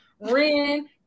Ren